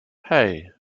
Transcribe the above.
hey